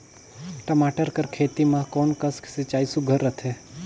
टमाटर कर खेती म कोन कस सिंचाई सुघ्घर रथे?